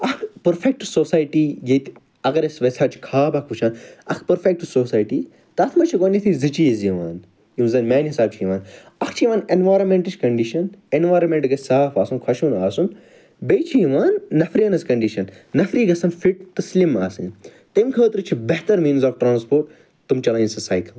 اکھ پٔرفیٚکٹہٕ سوسایٹی ییٚتہِ اگر أسۍ ویٚژھان چھِ خواب اکھ وُچھان اکھ پٔرفیٚکٹہٕ سوسایٹی تتھ مَنٛز چھِ گۄڈٕنیٚتھٕے زٕ چیٖز یِوان یِم زَن میٛانہِ حِسابہٕ چھِ یِوان اکھ چھِ یِوان ایٚنویٚرانمیٚنٹٕچۍ کَنڈِشَن ایٚنویٚرانمیٚنٛٹ گَژھہِ صاف آسُن خۄشوُن آسُن بیٚیہِ چھِ یِوان نَفرِیَن ہٕنٛز کَنڈِشَن نَفری گَژھَن فِٹ تہٕ سلم آسٕنۍ تَمہِ خٲطرٕ چھِ بہتر میٖنٕز آف ٹرٛانسپورٹ تِم چَلٲیِن سا سایکَل